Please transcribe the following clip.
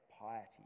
piety